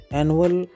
annual